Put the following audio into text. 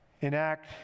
enact